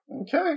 Okay